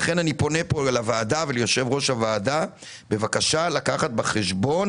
לכן אני פונה לוועדה וליושב ראש הוועדה בבקשה לקחת בחשבון